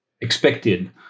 expected